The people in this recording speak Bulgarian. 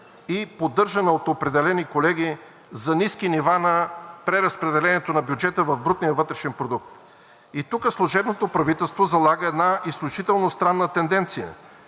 и поддържана от определени колеги за ниски нива на преразпределението на бюджета в брутния вътрешен продукт и тук служебното правителство залага една изключително странна тенденция.